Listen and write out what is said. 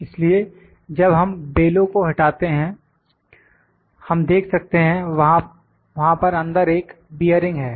इसलिए जब हम बेलो को हटाते हैं हम देख सकते हैं वहां पर अंदर एक बियरिंग है